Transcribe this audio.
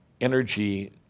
energy